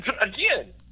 Again